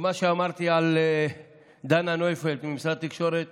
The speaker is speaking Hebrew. שמה שאמרתי על דנה נויפלד ממשרד התקשורת